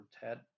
Ted